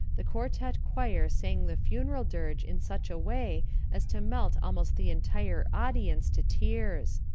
the quartette choir sang the funeral dirge in such a way as to melt almost the entire audience to tears.